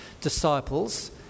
disciples